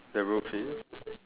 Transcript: the roof is